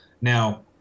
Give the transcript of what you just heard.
Now